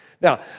Now